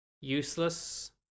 useless